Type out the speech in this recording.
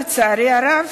לצערי הרב,